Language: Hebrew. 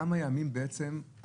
כמה ימים עכשיו,